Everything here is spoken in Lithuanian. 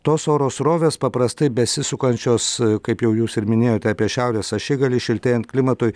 tos oro srovės paprastai besisukančios kaip jau jūs ir minėjote apie šiaurės ašigalį šiltėjant klimatui